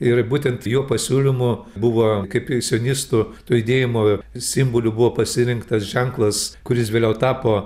ir būtent jo pasiūlymu buvo kaip sionistų to judėjimo simboliu buvo pasirinktas ženklas kuris vėliau tapo